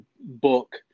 book